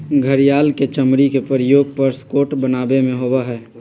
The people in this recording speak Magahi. घड़ियाल के चमड़ी के प्रयोग पर्स कोट बनावे में होबा हई